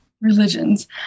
religions